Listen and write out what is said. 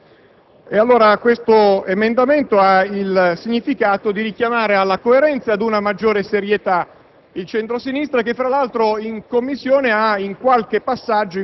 È allora evidente che non c'è alcuna significativa differenza per quanto riguarda gli esiti tra le due riforme. Occorre pertanto chiedersi se a questo punto valga veramente la pena